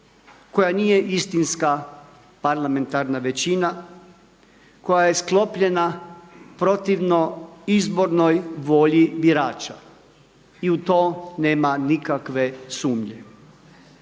koja nije istinska parlamentarna većina koja je sklopljena protivno izbornoj volji birača i u to nema nikakve sumnje.